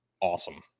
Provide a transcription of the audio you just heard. awesome